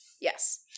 yes